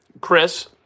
Chris